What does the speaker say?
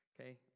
okay